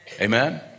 Amen